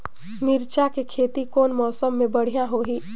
मिरचा के खेती कौन मौसम मे बढ़िया होही?